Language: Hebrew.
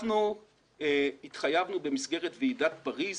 אנחנו התחייבנו במסגרת ועידת פריס